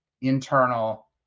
internal